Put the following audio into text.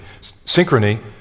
synchrony